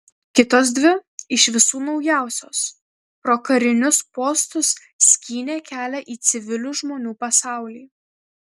kitos dvi iš visų naujausios pro karinius postus skynė kelią į civilių žmonių pasaulį